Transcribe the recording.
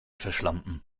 verschlampen